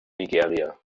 nigeria